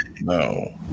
No